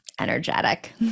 energetic